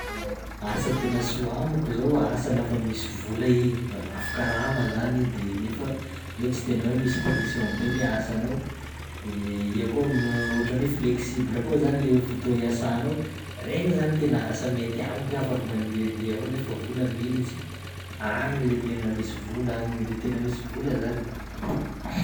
Asa tena soa amiko zao asa lafa misy vola i, a- lafo karama zany i de nefa i tsy tena hoe misy pression be le asanao de iha koa hotrany hoe flexible koa zany le ho fotoa iasanao, regny zany tena asa mety amiko hoe afaky mandehandeha avao nefa vola militsy, agny le tena misy vola- agny le tena misy vola zany e.